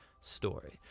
story